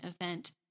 event